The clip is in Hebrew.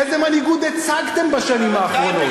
איזו מנהיגות הצגתם בשנים האחרונות?